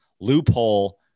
loophole